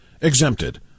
exempted